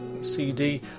CD